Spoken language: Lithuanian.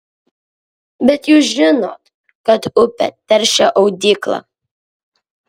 bet jūs žinot kad upę teršia audykla